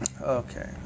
Okay